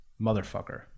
Motherfucker